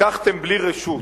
לקחתם בלי רשות.